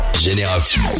Génération